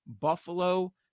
Buffalo